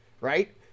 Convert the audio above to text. right